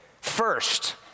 first